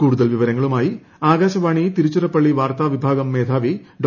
കൂടുതൽ വിവരങ്ങളുമായി ആകാശവാണി തിരുച്ചിറപ്പള്ളി വാർത്താവിഭാഗം മേധാവി ഡോ